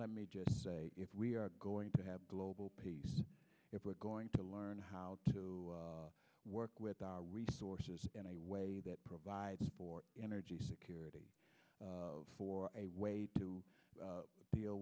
let me just say if we are going to have global peace if we're going to learn how to work with our resources in a way that provides for energy security for a way to deal